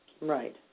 Right